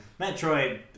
Metroid